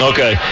Okay